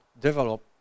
develop